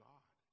God